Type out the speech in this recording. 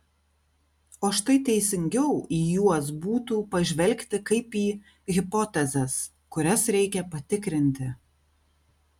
o štai teisingiau į juos būtų pažvelgti kaip į hipotezes kurias reikia patikrinti